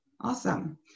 Awesome